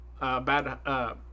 bad